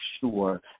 sure